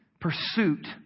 pursuit